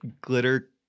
Glitter